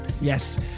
Yes